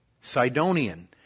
Sidonian